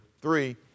three